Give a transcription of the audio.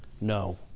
No